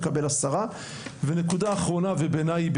מקבל עשרה ונקודה אחרונה ובעיניי,